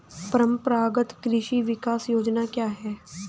परंपरागत कृषि विकास योजना क्या है?